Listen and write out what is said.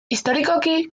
historikoki